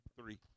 three